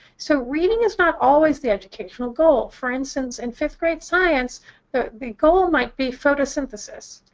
so reading is not always the educational goal. for instance, in fifth grade science the the goal might be photosynthesis.